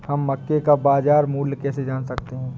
हम मक्के का बाजार मूल्य कैसे जान सकते हैं?